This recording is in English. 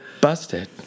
Busted